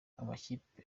amakipe